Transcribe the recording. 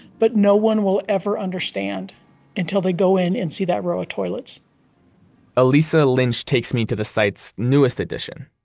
but no one will ever understand until they go in and see that row of toilets alisa lynch takes me to the site's newest edition,